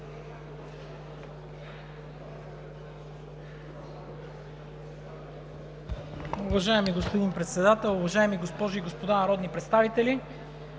Уважаема госпожо Председател, уважаеми дами и господа народни представители!